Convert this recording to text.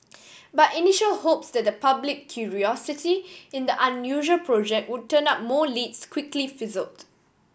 but initial hopes that public curiosity in the unusual project would turn up more leads quickly fizzled